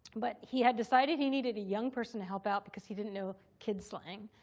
but he had decided he needed a young person to help out because he didn't know kids' slang.